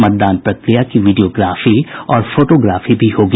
मतदान प्रक्रिया की वीडियोग्राफी और फोटोग्राफी भी होगी